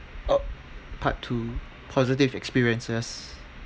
uh part two positive experiences